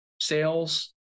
sales